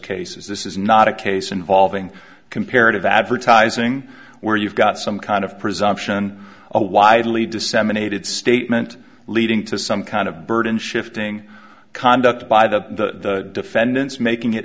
cases this is not a case involving comparative advertising where you've got some kind of presumption a widely disseminated statement leading to some kind of burden shifting conduct by the defendants making it